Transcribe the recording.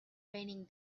raining